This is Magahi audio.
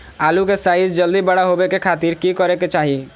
आलू के साइज जल्दी बड़ा होबे के खातिर की करे के चाही?